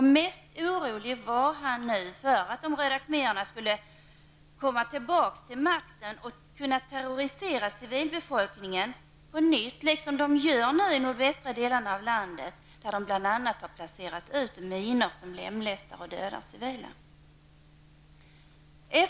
Men mest orolig var han för att de röda khmererna skulle komma tillbaka till makten och därmed få möjlighet att på nytt terrorisera civilbefolkningen på det sätt som sker i nordvästra delen av landet i dag. Bl.a. har de röda khmererna placerat ut minor som lemlästar och dödar civila.